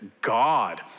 God